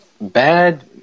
Bad